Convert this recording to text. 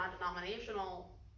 non-denominational